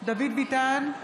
דוד ביטן,